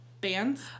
bands